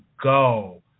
go